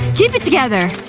keep it together!